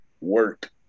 work